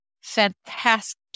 fantastic